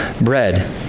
bread